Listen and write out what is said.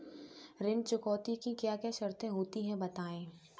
ऋण चुकौती की क्या क्या शर्तें होती हैं बताएँ?